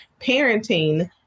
parenting